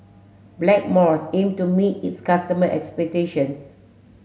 Blackmore aim to meet its customer expectation